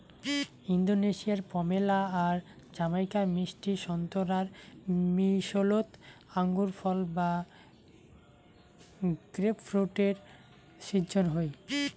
ইন্দোনেশিয়ার পমেলো আর জামাইকার মিষ্টি সোন্তোরার মিশোলোত আঙুরফল বা গ্রেপফ্রুটের শিজ্জন হই